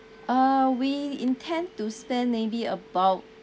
uh we intend to spend maybe about